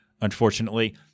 unfortunately